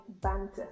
Banter